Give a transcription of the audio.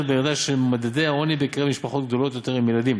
בירידה של מדדי העוני בקרב משפחות גדולות יותר עם ילדים,